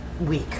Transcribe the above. week